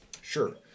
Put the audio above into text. Sure